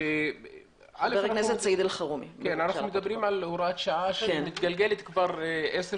אנחנו מדברים על הוראת שעה שמתגלגלת כבר 10 שנים,